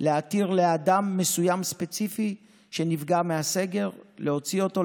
להתיר לאדם מסוים ספציפי שנפגע מהסגר להוציא אותו,